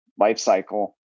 lifecycle